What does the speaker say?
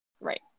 Right